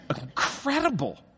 incredible